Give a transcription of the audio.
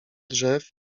drzew